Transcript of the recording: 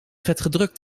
vetgedrukt